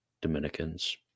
dominicans